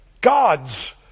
God's